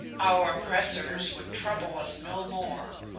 our oppressors would trouble us no more.